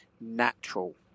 natural